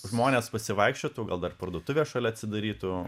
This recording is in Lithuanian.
žmonės pasivaikščiotų gal dar parduotuvė šalia atsidarytų